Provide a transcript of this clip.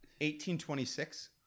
1826